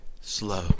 slow